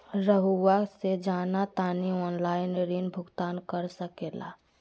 रहुआ से जाना तानी ऑनलाइन ऋण भुगतान कर सके ला?